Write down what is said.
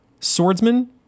swordsman